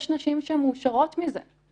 יש נשים שהן מאושרות מזה,